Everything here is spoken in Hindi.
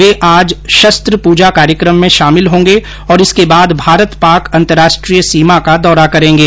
वे आज शस्त्र पूजा कार्यक्रम में शामिल होंगे और इसके बाद भारत पाक अंतर्राष्ट्रीय सीमा का दौरा करेंगे